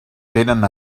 tenen